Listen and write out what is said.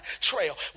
trail